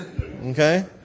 Okay